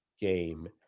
game